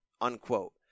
unquote